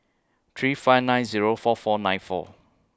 three five nine Zero four four nine four